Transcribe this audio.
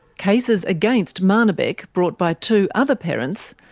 cases against marnebek brought by two other parents,